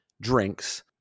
drinks